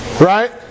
Right